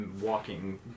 Walking